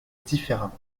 différemment